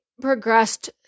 progressed